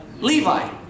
Levi